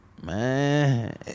Man